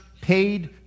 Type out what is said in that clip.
paid